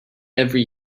every